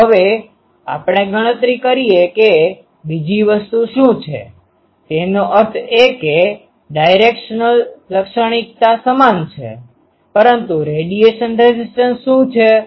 તો હવે આપણે ગણતરી કરીએ કે બીજી વસ્તુ શું છે તેનો અર્થ એ કે ડાઈરેક્શનલdirectionalદિશાત્મક લાક્ષણિકતા સમાન છે પરંતુ રેડીએશન રેઝીસ્ટન્સ શું છે